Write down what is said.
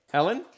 Helen